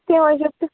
ਕਿੱਥੇ ਹੋਏ ਸ਼ਿਫਟ